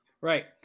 Right